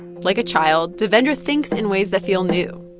like a child, devendra thinks in ways that feel new.